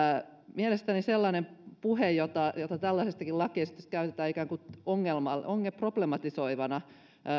mielestäni sellainen puhe jota jota tällaisestakin lakiesityksestä käytetään ikään kuin problematisoivana